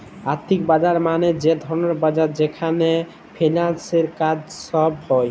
আথ্থিক বাজার মালে যে ধরলের বাজার যেখালে ফিল্যালসের কাজ ছব হ্যয়